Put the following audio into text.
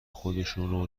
خودشونو